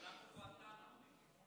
אנחנו גואנטנמו, מיקי.